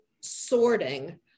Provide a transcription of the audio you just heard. sorting